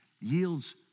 yields